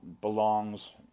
belongs